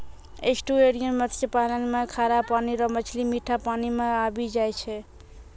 estuarine मत्स्य पालन मे खारा पानी रो मछली मीठा पानी मे आबी जाय छै